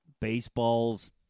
baseball's